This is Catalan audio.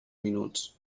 minuts